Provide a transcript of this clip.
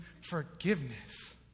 forgiveness